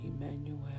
Emmanuel